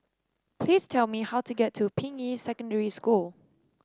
please tell me how to get to Ping Yi Secondary School